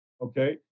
okay